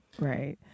right